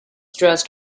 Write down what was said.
dressed